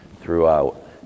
throughout